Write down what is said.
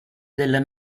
della